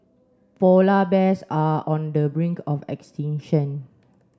polar bears are on the brink of extinction